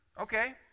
okay